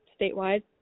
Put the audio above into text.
statewide